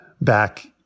back